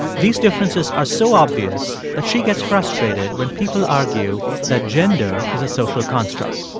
these differences are so obvious that she gets frustrated when people argue that gender is a social construct.